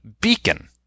beacon